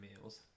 meals